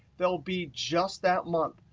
there'll be just that month.